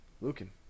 Lucan